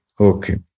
Okay